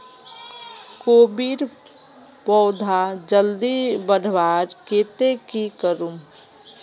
कोबीर पौधा जल्दी बढ़वार केते की करूम?